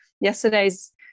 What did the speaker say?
yesterday's